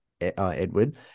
Edward